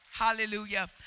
Hallelujah